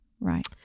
right